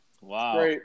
Wow